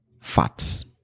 fats